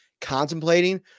contemplating